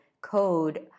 code